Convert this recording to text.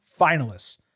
finalists